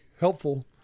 helpful